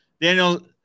Daniel